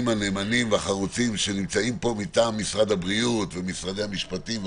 הנאמנים והחרוצים שנמצאים פה מטעם משרד הבריאות ומשרד המשפטים וכולי,